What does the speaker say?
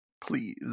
Please